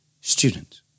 Student